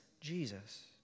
Jesus